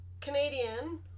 Canadian